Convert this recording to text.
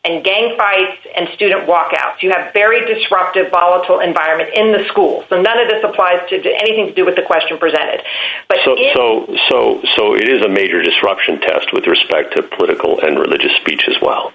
and gang fights and student walkouts you have very disruptive volatile environment in the schools so none of this applies to did anything to do with the question presented but so is so so so it is a major disruption toast with respect to political and religious speech as well